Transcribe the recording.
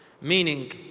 meaning